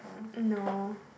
no